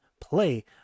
play